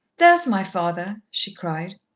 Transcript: there's my father! she cried.